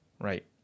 Right